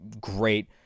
great